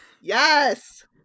Yes